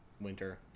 winter